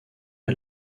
est